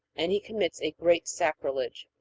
and he commits a great sacrilege.